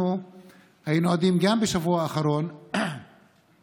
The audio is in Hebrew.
אנחנו היינו עדים גם בשבוע האחרון לעוד